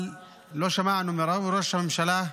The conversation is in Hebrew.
אבל לא שמענו מראש הממשלה כלום.